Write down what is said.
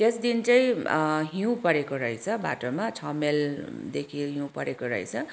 त्यस दिन चाहिँ हिउँ परेको रहेछ बाटोमा छ माइलदेखि हिउँ परेको रहेछ